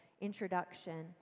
introduction